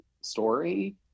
story